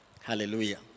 Hallelujah